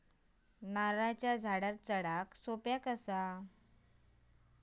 नारळाच्या झाडावरती चडाक सोप्या कसा?